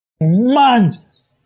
months